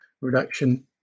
reduction